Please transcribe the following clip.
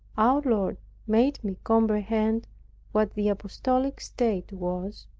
our lord made me comprehend what the apostolic state was,